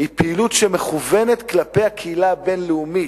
היא פעילות שמכוונת כלפי הקהילה הבין-לאומית.